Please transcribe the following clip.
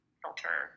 filter